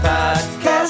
Podcast